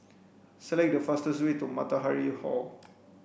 select the fastest way to Matahari Hall